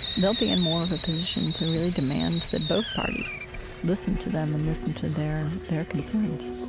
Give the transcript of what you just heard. they'll be in more of a position to really demand that both parties listen to them and listen to their their concerns